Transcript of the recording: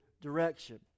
direction